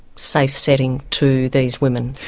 safe setting to these women.